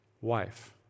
wife